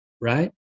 right